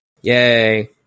yay